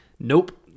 Nope